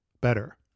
better